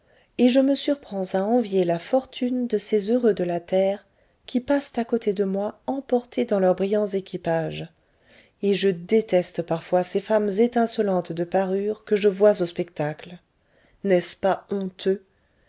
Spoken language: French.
et je me surprends à envier la fortune de ces heureux de la terre qui passent à côté de moi emportés dans leurs brillants équipages et je déteste parfois ces femmes étincelantes de parure que je vois au spectacle n'est-ce pas honteux